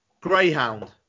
Greyhound